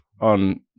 on